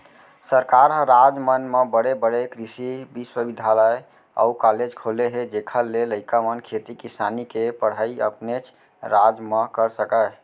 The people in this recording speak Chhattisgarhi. सरकार ह राज मन म बड़े बड़े कृसि बिस्वबिद्यालय अउ कॉलेज खोले हे जेखर ले लइका मन खेती किसानी के पड़हई अपनेच राज म कर सकय